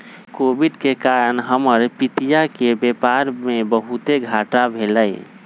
Covid के कारण हमर पितिया के व्यापार में बहुते घाट्टी भेलइ